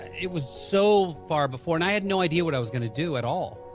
it was so far before and i had no idea what i was gonna do it all.